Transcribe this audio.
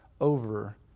over